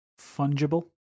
Fungible